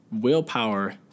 willpower